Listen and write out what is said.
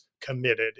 committed